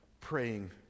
praying